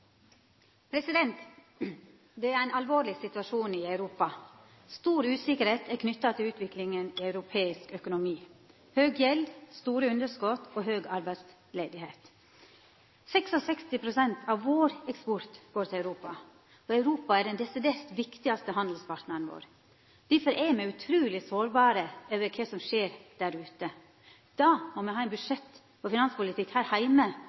ein alvorleg situasjon i Europa. Stor utryggleik er knytt til utviklinga av europeisk økonomi. Det er høg gjeld, store underskot og høg arbeidsløyse. 66 pst. av vår eksport går til Europa. Europa er den desidert viktigaste handelspartnaren vår. Difor er me utruleg sårbare i forhold til kva som skjer der ute. Da må me ha ein budsjett- og finanspolitikk her heime